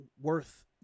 worth